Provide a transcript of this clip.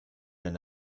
wenn